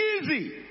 Easy